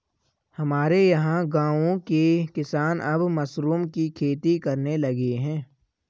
हमारे यहां गांवों के किसान अब मशरूम की खेती करने लगे हैं